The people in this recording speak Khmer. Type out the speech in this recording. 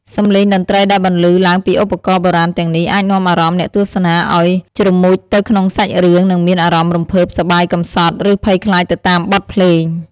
សំឡេងតន្ត្រីដែលបន្លឺឡើងពីឧបករណ៍បុរាណទាំងនេះ អាចនាំអារម្មណ៍អ្នកទស្សនាឱ្យជ្រមុជទៅក្នុងសាច់រឿង និងមានអារម្មណ៍រំភើប សប្បាយ កំសត់ ឬភ័យខ្លាចទៅតាមបទភ្លេង។